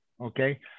okay